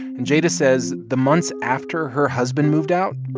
and jada says the months after her husband moved out,